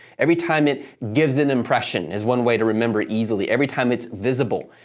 every time it gives an impression, is one way to remember it easily. every time it's visible.